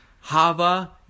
Hava